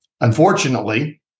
unfortunately